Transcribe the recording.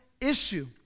issue